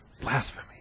Blasphemy